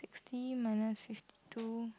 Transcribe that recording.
fifty minus fifty two